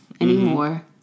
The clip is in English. anymore